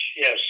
yes